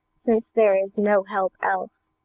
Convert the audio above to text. since there is no help else